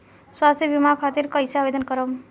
स्वास्थ्य बीमा खातिर कईसे आवेदन करम?